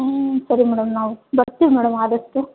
ಹ್ಞೂ ಸರಿ ಮೇಡಮ್ ನಾವು ಬರ್ತೀವಿ ಮೇಡಮ್ ಆದಷ್ಟು